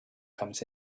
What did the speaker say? comes